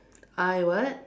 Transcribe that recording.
I what